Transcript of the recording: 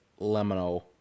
lemino